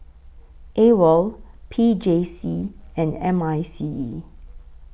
AWOL P J C and M I C E